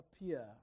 appear